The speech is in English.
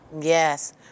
Yes